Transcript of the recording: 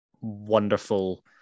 wonderful